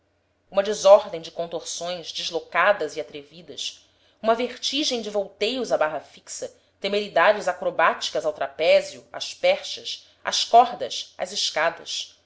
uma desordem de contorções deslocadas e atrevidas uma vertigem de volteios à barra fixa temeridades acrobáticas ao trapézio às perchas às cordas às escadas